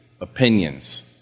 opinions